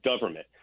government